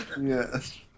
yes